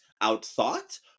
out-thought